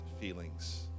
feelings